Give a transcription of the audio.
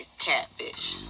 catfish